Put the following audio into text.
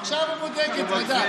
עכשיו הוא בודק את זה.